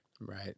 Right